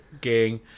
gang